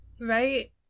Right